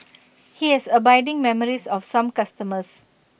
he has abiding memories of some customers